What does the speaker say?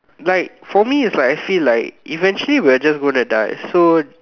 like for me is like I feel like eventually we are going die so